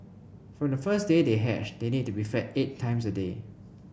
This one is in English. from the first day they hatch they need to be fed eight times a day